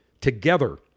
together